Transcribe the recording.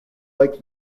like